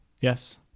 yes